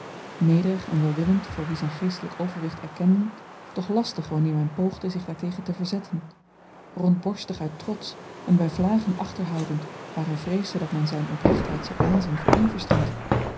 nederig en welwillend voor wie zyn geestelyk overwicht erkenden doch lastig wanneer men poogde zich daartegen te verzetten rondborstig uit trots en by vlagen achterhoudend waar hy vreesde dat men zyn oprechtheid zou aanzien voor onverstand